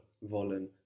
wollen